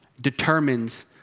determines